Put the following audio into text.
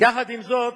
יחד עם זאת,